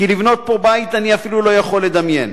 כי לבנות פה בית, אני אפילו לא יכול לדמיין.